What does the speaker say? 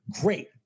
Great